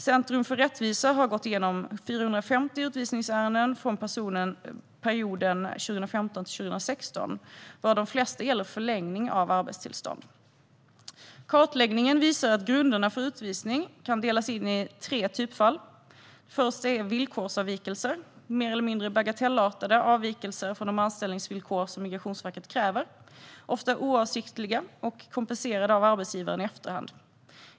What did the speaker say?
Centrum för rättvisa har gått igenom 450 utvisningsärenden för perioden 2015-2016, varav de flesta gäller förlängning av arbetstillstånd. Kartläggningen visar att grunderna för utvisning kan delas in i tre typfall. Det första typfallet är villkorsavvikelser, det vill säga mer eller mindre bagatellartade avvikelser från de anställningsvillkor som Migrationsverket kräver. De är ofta oavsiktliga och kompenserade av arbetsgivaren i efterhand.